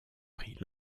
pris